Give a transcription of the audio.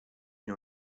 nie